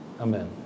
Amen